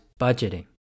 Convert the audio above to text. budgeting